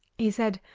he said,